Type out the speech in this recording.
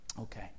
Okay